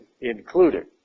included